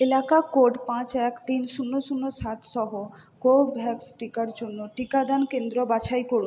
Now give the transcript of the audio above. এলাকা কোড পাঁচ এক তিন শূন্য শূন্য সাত সহ কোভ্যাক্স টিকার জন্য টিকাদান কেন্দ্র বাছাই করুন